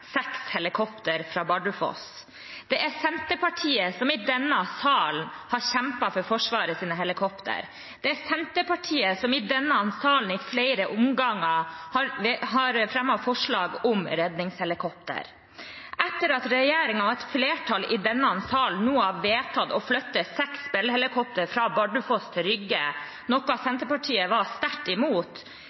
seks helikoptre fra Bardufoss. Det er Senterpartiet som i denne salen har kjempet for Forsvarets helikoptre. Det er Senterpartiet som i flere omganger i denne salen har fremmet forslag om redningshelikoptre. Etter at regjeringen og et flertall i denne salen nå har vedtatt å flytte seks Bell-helikoptre fra Bardufoss til Rygge, noe Senterpartiet var sterkt imot,